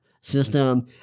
system